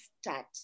start